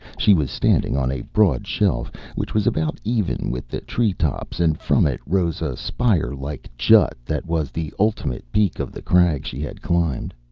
she was standing on a broad shelf which was about even with the tree-tops, and from it rose a spire-like jut that was the ultimate peak of the crag she had climbed.